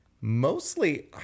mostly